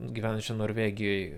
gyvenančią norvegijoj